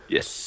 Yes